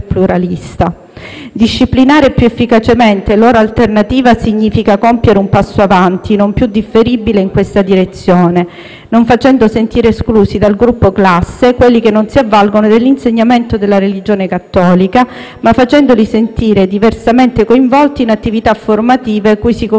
Disciplinare più efficacemente l'ora alternativa significa compiere un passo avanti non più differibile in questa direzione, facendo sentire non esclusi dal gruppo classe quelli che non si avvalgono dell'insegnamento della religione cattolica, ma diversamente coinvolti in attività formative cui si conferiscono